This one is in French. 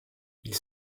ils